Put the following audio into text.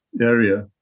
area